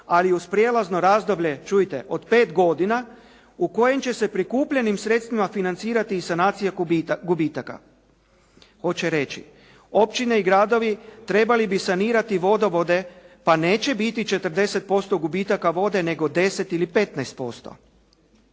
ali uz prijelazno razdoblje čujte od 5 godina u kojem će se prikupljenim sredstvima financirati i sanacija gubitaka. Hoće reći općine i gradovi trebali bi sanirati vodovode pa neće biti 40% gubitaka vode nego 10 ili 15%.